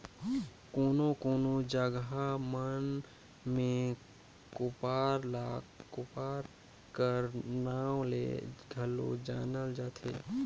कोनो कोनो जगहा मन मे कोप्पर ल कोपर कर नाव ले घलो जानल जाथे